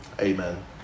Amen